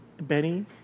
Benny